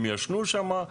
הם ישנו שמה.